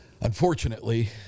Unfortunately